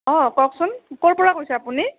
অ' কওকচোন ক'ৰ পৰা কৈছে আপুনি